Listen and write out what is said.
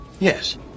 Yes